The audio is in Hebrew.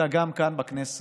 אלא גם כאן, בכנסת,